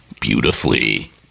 beautifully